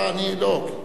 אתה, אני, לא.